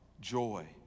joy